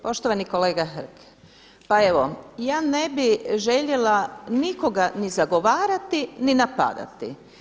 Poštovani kolega, pa evo ja ne bih željela nikoga ni zagovarati ni napadati.